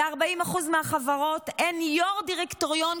ב-40% מהחברות אין יו"ר דירקטוריון,